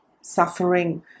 suffering